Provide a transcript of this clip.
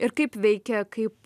ir kaip veikia kaip